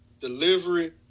delivery